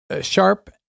sharp